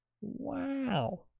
Wow